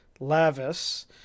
Lavis